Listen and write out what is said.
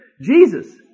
Jesus